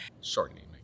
shortening